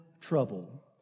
trouble